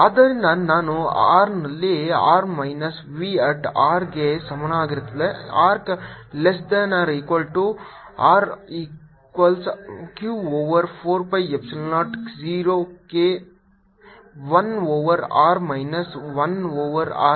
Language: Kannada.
V ErR ∂V∂r Q4π0 r2 V0 V Q4π0 r r≤R ∂V∂rE Q4π0k r2 rRdV Q4π0krRdrr2 VR Vr Q4π0k 1rrR Q4π0k1R 1r VrVR Q4π0kRQ4π0kr Q4π0R Q4π0kRQ4π0kr Q4π0 1kr1R 1kR Q4π01krk 1kR ಆದ್ದರಿಂದ ನಾನು r ನಲ್ಲಿ R minus v at r ಗೆ ಸಮಾನವಾಗಿರುತ್ತದೆ r less than equal to r equals q over 4 pi epsilon 0 k 1 over r minus 1 over r